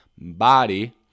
body